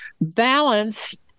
balance